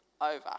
over